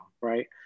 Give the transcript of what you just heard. right